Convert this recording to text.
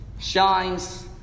shines